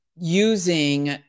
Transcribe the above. using